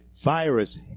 virus